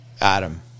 Adam